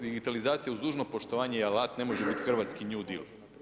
Digitalizacija uz dužno poštovanje i alata ne može biti hrvatski new deal.